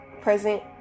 present